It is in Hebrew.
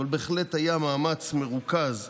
אבל בהחלט היה מאמץ מרוכז,